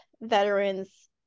veterans